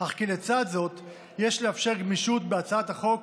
אך כי לצד זאת יש לאפשר גמישות בהצעת החוק,